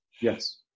Yes